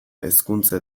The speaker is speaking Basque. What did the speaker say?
hezkuntza